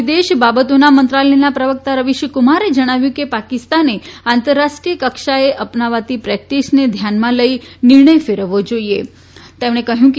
વિદેશ બાબતોના મંત્રાલયના પ્રવક્તા રવિશકુમારે જણાવ્યું કે પાકિસ્તાને આંતરરાષ્ટ્રીય કક્ષાએ અપનાવાતી પ્રેક્ટીસને ધ્યાનમાં લઈ નિર્ણય ફેરવવો જાઈએતેમણે કહ્યું કે